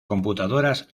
computadoras